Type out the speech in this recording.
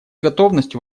готовностью